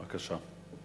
בבקשה.